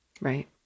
Right